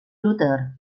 luter